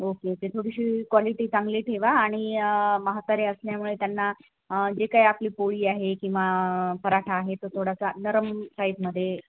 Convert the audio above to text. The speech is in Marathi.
ओके तर थोडीशी क्वालिटी चांगली ठेवा आणि म्हातारे असल्यामुळे त्यांना जे काय आपली पोळी आहे किंवा पराठा आहे तो थोडासा नरम साईजमध्ये